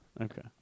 Okay